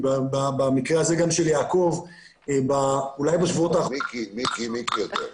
ובמקרה הזה גם של יעקב -- מיקי יותר.